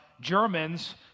Germans